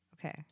okay